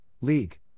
league